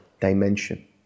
dimension